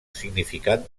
significat